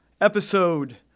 Episode